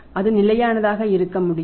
அது நிலையானதாக இருக்க முடியும்